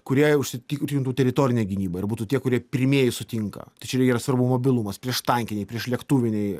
kurie užsitikrintų teritorinę gynybą ir būtų tie kurie pirmieji sutinka tai čia yra svarbu mobilumas prieštankiniai priešlėktuviniai